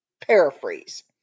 paraphrase